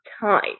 time